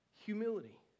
Humility